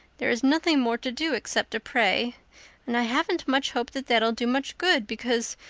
there is nothing more to do except to pray and i haven't much hope that that'll do much good because,